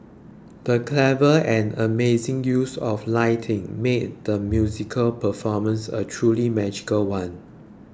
the clever and amazing use of lighting made the musical performance a truly magical one